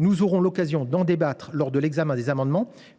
Nous aurons l’occasion d’en débattre lors de l’examen des amendements,